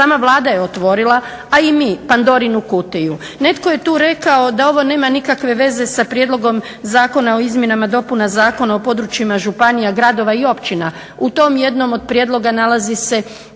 sama Vlada je otvorila a i mi pandorinu kutiju. Netko je tu rekao da ovo nema nikakve veze sa prijedlogom zakona o izmjenama, dopunama zakona o područjima županija, gradova i općina. U tom jednom od prijedloga nalazi se